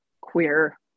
queer